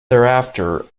thereafter